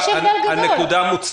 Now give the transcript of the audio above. יש מיליון מובטלים.